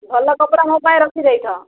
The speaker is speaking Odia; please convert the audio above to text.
ଭଲ କପଡ଼ା ମୋ ପାଇଁ ରଖି ଦେଇଥାଅ